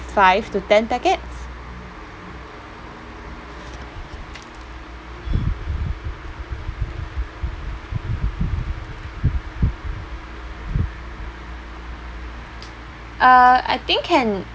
five to ten packets uh I think can